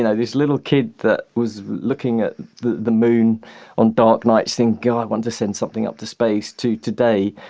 you know, this little kid that was looking at the the moon on dark nights saying, god i want to send something up to space to today,